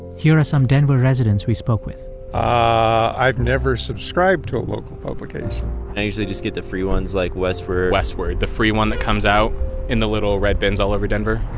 here are some denver residents we spoke with ah i've never subscribed to a local publication i usually just get the free ones like westword westword, the free one that comes out in the little red bins all over denver.